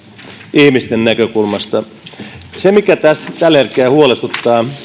ihmisten näkökulmasta se mikä tällä hetkellä huolestuttaa